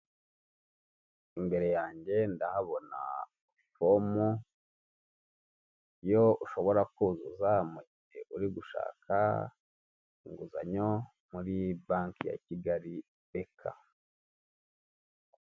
Umugore wirabura wambaye amadarajya ufite umusatsi w'umukara wambaye imyenda y'umweru n'umukara ufite umukufe w'umweru mu ijosi wicaye.